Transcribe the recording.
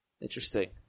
Interesting